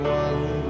one